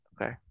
Okay